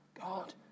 God